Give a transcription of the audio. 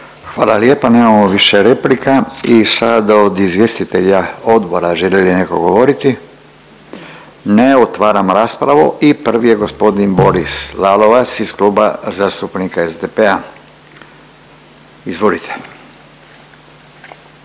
Hvala lijepa. Nemamo više replika i sada od izvjestitelja odbora, želi li netko govoriti? Ne. Otvaram raspravu i prvi je gospodin Boris Lalovac iz Kluba zastupnika SDP-a. Izvolite.